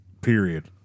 Period